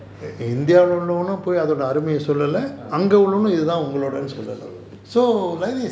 ah